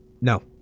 No